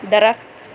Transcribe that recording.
درخت